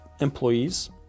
employees